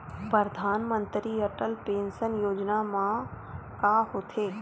परधानमंतरी अटल पेंशन योजना मा का होथे?